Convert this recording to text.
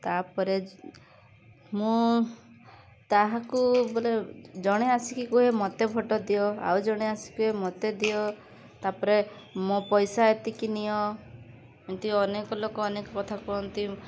ତା'ପରେ ମୁଁ ତାହାକୁ ଜଣେ ଆସିକି କୁହେ ମୋତେ ଭୋଟ୍ ଦିଅ ଆଉ ଜଣେ ଆସିକି କୁହେ ମୋତେ ଦିଅ ତା'ପରେ ମୋ ପଇସା ଏତିକି ନିଅ ଏମିତି ଅନେକ ଲୋକ ଅନେକ କଥା କୁହନ୍ତି